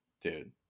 dude